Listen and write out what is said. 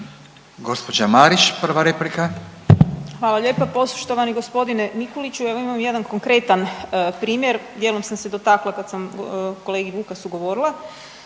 replika. **Marić, Andreja (SDP)** Hvala lijepa. Poštovani gospodine Mikuliću evo imam jedan konkretan primjer, dijelom sam se dotakla kad sam kolegi Vukasu govorila.